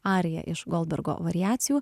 arija iš goldbergo variacijų